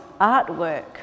artwork